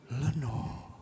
Lenore